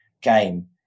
game